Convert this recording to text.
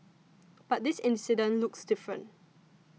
but this incident looks different